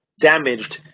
damaged